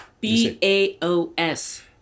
B-A-O-S